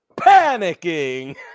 panicking